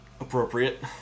appropriate